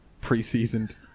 pre-seasoned